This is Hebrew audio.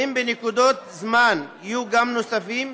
ואם בנקודות זמן יהיו גם נוספים,